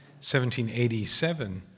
1787